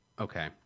Okay